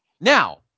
Now